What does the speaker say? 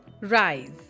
rise